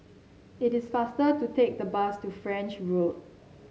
it is faster to take the bus to French Road